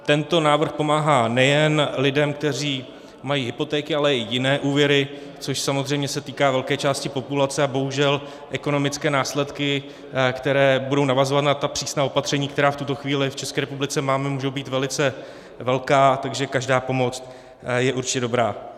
Tento návrh pomáhá nejen lidem, kteří mají hypotéky, ale i jiné úvěry, což se samozřejmě týká velké části populace, a bohužel ekonomické následky, které budou navazovat na ta přísná opatření, která v tuto chvíli v České republice máme, můžou být velice velké, takže každá pomoc je určitě dobrá.